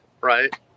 right